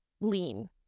lean